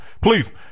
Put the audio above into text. please